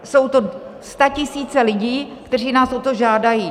Jsou to statisíce lidí, kteří nás o to žádají.